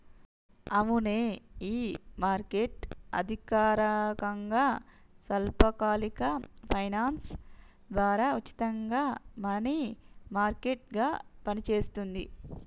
అవునే ఈ మార్కెట్ అధికారకంగా స్వల్పకాలిక ఫైనాన్స్ ద్వారా ఉచితంగా మనీ మార్కెట్ గా పనిచేస్తుంది